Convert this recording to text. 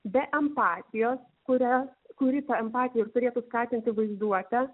be empatijos kuria kuri ta empatija ir turėtų skatinti vaizduotę